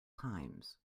times